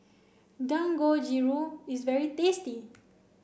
Dangojiru is very tasty